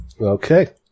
Okay